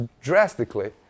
drastically